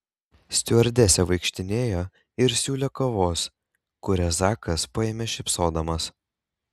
stiuardesė vaikštinėjo ir siūlė kavos kurią zakas paėmė šypsodamas